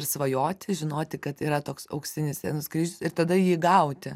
ir svajoti žinoti kad yra toks auksinis scenos kryžius ir tada jį gauti